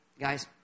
Guys